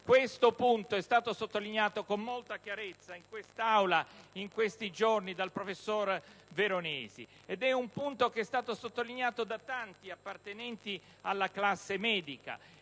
Questo punto è stato sottolineato con molta chiarezza in quest'Aula, in questi giorni, dal professor Veronesi ed è stato sottolineato da tanti appartenenti alla classe medica.